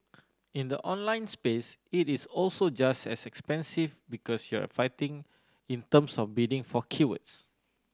in the online space it is also just as expensive because you're fighting in terms of bidding for keywords